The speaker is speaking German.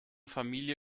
familie